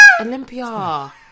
olympia